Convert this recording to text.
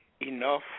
enough